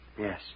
Yes